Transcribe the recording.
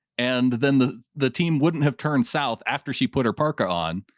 and then the the team wouldn't have turned south after she put her parker on.